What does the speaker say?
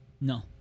No